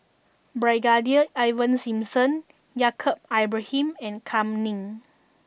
Brigadier Ivan Simson Yaacob Ibrahim and Kam Ning